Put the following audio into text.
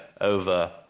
over